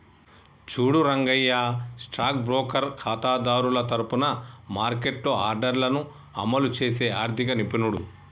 చూడు Rangayya stock broker ఖాతాదారుల తరఫున మార్కెట్లో ఆర్డర్లను అమలు చేసే ఆర్థిక నిపుణుడు